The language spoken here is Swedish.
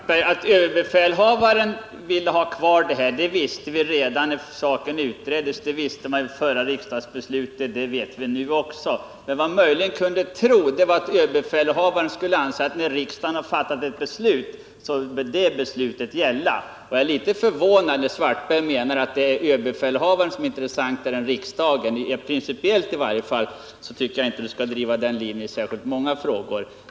Herr talman! Jag vänder mig till Karl-Erik Svartberg. Att överbefälhavaren vill ha kvar den här enheten visste vi redan när frågan utreddes. Vi visste vid det förra riksdagsbeslutet, och vi vet det nu också. Vad man möjligen kunde tro var, att överbefälhavaren skulle inse att när riksdagen fattat ett beslut, så skall det beslutet gälla. Jag är litet förvånad över att Karl-Erik Svartberg menar att överbefälhavaren är intressantare än riksdagen. Principiellt tycker jag inte att den linjen skall drivas i många frågor.